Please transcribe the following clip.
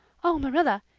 oh, marilla,